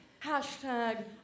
Hashtag